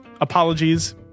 Apologies